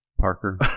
Parker